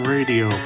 Radio